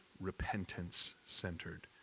repentance-centered